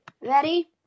ready